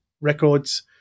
records